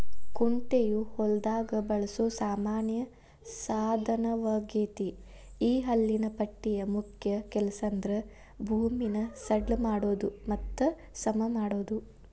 ಕುಂಟೆಯು ಹೊಲದಾಗ ಬಳಸೋ ಸಾಮಾನ್ಯ ಸಾದನವಗೇತಿ ಈ ಹಲ್ಲಿನ ಪಟ್ಟಿಯ ಮುಖ್ಯ ಕೆಲಸಂದ್ರ ಭೂಮಿನ ಸಡ್ಲ ಮಾಡೋದು ಮತ್ತ ಸಮಮಾಡೋದು